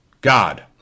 God